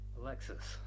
Alexis